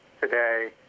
today